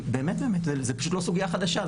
באמת, פשוט זו לא סוגיה חדשה.